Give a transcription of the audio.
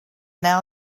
now